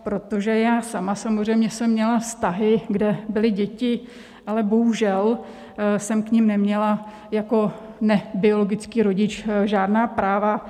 Protože já sama samozřejmě jsem měla vztahy, kde byly děti, ale bohužel jsem k nim neměla jako nebiologický rodič žádná práva.